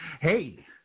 Hey